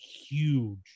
huge